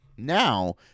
Now